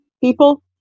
people